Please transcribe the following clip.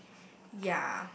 ya